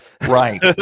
Right